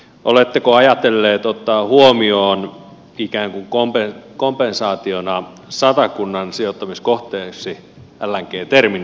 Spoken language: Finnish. oletteko ajatelleet ottaa huomioon ikään kuin kompensaationa satakunnan sijoittamiskohteeksi lng terminaalille